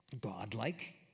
godlike